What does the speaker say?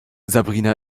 sabrina